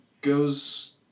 goes